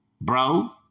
Bro